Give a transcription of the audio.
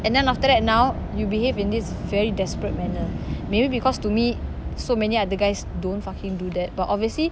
and then after that now you behave in this very desperate manner maybe because to me so many other guys don't fucking do that but obviously